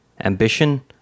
ambition